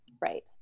right